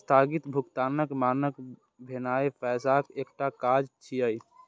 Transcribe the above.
स्थगित भुगतानक मानक भेनाय पैसाक एकटा काज छियै